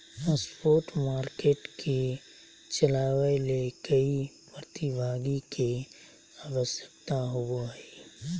spot market के चलावय ले कई प्रतिभागी के आवश्यकता होबो हइ